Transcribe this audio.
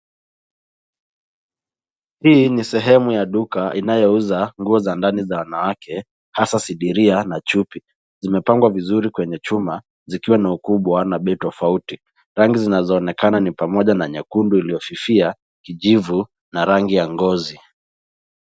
Hii ni sehemu ya duka inayouza nguo za ndani za wanawake hasa sidiria na chupi. Zimepangwa vizuri kwenye chuma zikiwa na ukubwa na bei tofauti. Rangi zinazoonekana ni pamoja na nyekundu iliyofifia, kijivu na rangi ya ngozi.